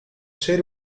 ser